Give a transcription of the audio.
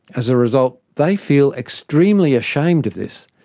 as a result, they feel extremely ashamed of this,